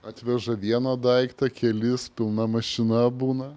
atveža vieną daiktą kelis pilna mašina būna